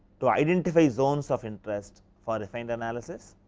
to identify zone so of interest for refined analysis